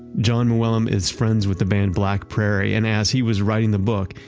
jon mooallem is friends with the band black prairie, and as he was writing the book,